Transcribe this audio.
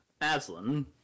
Aslan